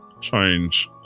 change